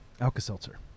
Alka-Seltzer